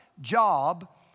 job